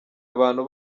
abantu